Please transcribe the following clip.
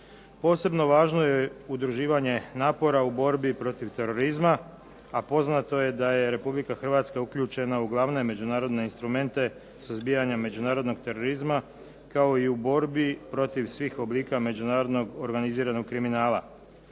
Posebno važno je udruživanje napora u borbi protiv terorizma a poznato je da je Republika Hrvatska uključena u glavne međunarodne instrumente suzbijanja međunarodnog terorizma kao i u borbi protiv svih oblika međunarodnog organiziranog kriminala.